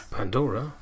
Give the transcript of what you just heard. Pandora